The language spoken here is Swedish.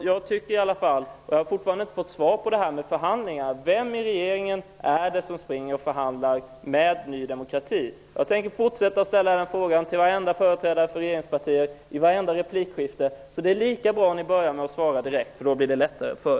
Jag har fortfarande inte fått svar på vem i regeringen som springer och förhandlar med Ny demokrati? Jag tänker fortsätta att ställa den frågan till varenda företrädare för regeringspartiet i vartenda replikskifte, så det är lika bra att ni svarar direkt, då blir det lättare för er.